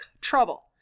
trouble